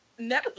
Netflix